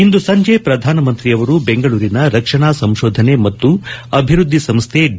ಇಂದು ಸಂಜೆ ಪ್ರಧಾನಮಂತ್ರಿ ಅವರು ಬೆಂಗಳೂರಿನ ರಕ್ಷಣಾ ಸಂಶೋಧನೆ ಮತ್ತು ಅಭಿವೃದ್ದಿ ಸಂಸ್ಥೆ ಡಿ